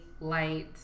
light-